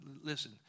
listen